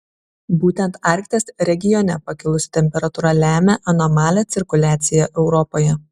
būtent arkties regione pakilusi temperatūra lemia anomalią cirkuliaciją europoje